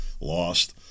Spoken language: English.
Lost